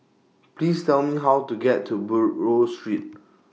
Please Tell Me How to get to Buroh Street